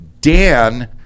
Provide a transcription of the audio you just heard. Dan